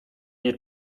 nie